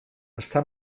està